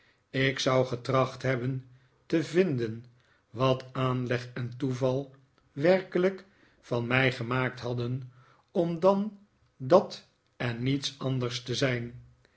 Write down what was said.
ik zou getracht hebben te vinden wat aanleg en toeval werkelijk van mij gemaakt hadden om dan dat en niets anders te zijn